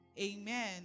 Amen